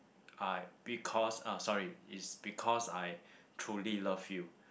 I because uh sorry it's because I truly love you